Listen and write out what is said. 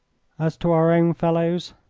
as to our own fellows,